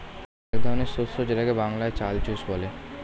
এক ধরনের শস্য যেটাকে বাংলায় চাল চুষ বলে